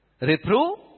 reprove